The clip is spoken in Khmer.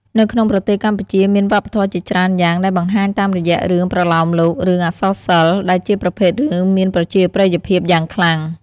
នៅក្នុងប្រទេសកម្ពុជាមានវប្បធម៌ជាច្រើនយ៉ាងដែលសបង្ហាញតាមរយះរឿងប្រលោមលោក រឿងអក្សរសិល្ប៍ ដែលជាប្រភេទរឿងមានប្រជាប្រិយភាពយ៉ាងខ្លាំង។